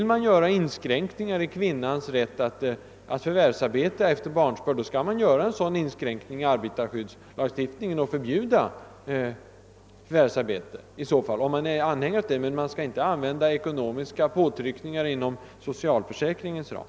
Om man önskar inskränka kvinnans rätt att förvärvsarbeta efter barnsbörd, så bör man införa en bestämmelse i arbetarskyddslagstiftningen som förbjuder henne att förvärvsarbeta. Men man skall inte använda ekonomiska påtryckningar inom socialförsäkringens ram.